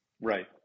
Right